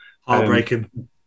heartbreaking